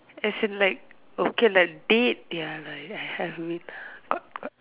as in like okay lah date ya lah I have been got got